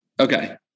Okay